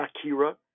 Akira